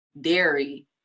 dairy